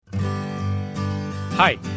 Hi